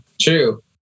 True